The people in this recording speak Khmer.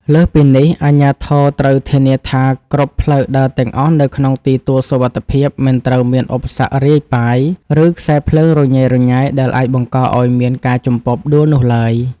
លើសពីនេះ អាជ្ញាធរត្រូវធានាថាគ្រប់ផ្លូវដើរទាំងអស់នៅក្នុងទីទួលសុវត្ថិភាព មិនត្រូវមានឧបសគ្គរាយប៉ាយ ឬខ្សែភ្លើងរញ៉េរញ៉ៃដែលអាចបង្កឱ្យមានការជំពប់ដួលនោះឡើយ។